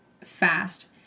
fast